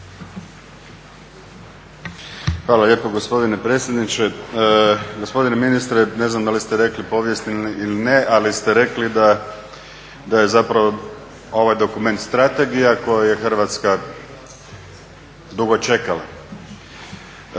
Hvala lijepo gospodine predsjedniče. Gospodine ministre, ne znam da li ste rekli povijesni ili ne, ali ste rekli da je zapravo ovaj dokument strategija koji je Hrvatska dugo čekala. Pa